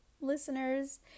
listeners